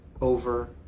over